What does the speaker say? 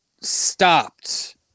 stopped